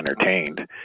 entertained